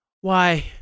Why